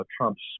Trump's